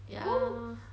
ya